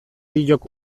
biok